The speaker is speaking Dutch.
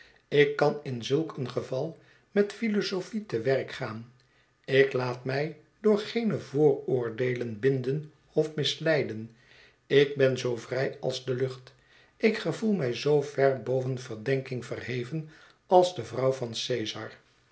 ik kan in zulk een geval met philosophie te werk gaan ik laat mij door geene vooroordeelen binden of misleiden ik ben zoo vrij als de lucht ik gevoel mij zoo ver boven verdenking verheven als de vrouw van